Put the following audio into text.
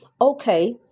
Okay